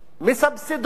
מסבסדות